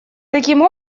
таким